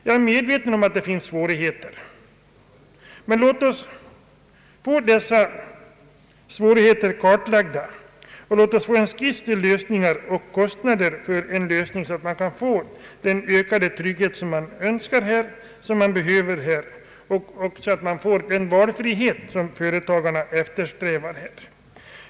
Jag är medveten om att det finns svårigheter, men låt oss få dessa svårigheter kartlagda, och låt oss få en skiss till lösningar, så att man kan få den ökade trygghet som man önskar och behöver. Man bör också kunna få den valfrihet som företagarna eftersträvar.